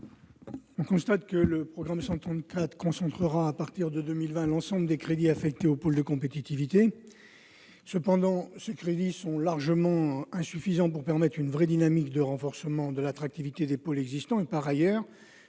la commission ? Le programme 134 concentrera, à partir de 2020, l'ensemble des crédits affectés aux pôles de compétitivité. Cependant, ces crédits sont largement insuffisants pour permettre une véritable dynamique à même de renforcer l'attractivité des pôles existants. Par ailleurs,